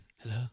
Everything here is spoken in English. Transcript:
Hello